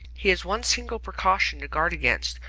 he has one single precaution to guard against,